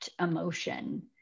emotion